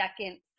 second